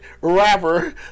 rapper